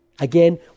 Again